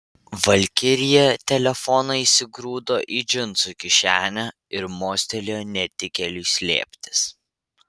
valkirija telefoną įsigrūdo į džinsų kišenę ir mostelėjo netikėliui slėptis